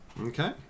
Okay